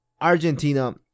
Argentina